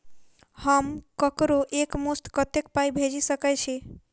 हम ककरो एक मुस्त कत्तेक पाई भेजि सकय छी?